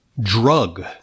drug